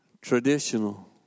traditional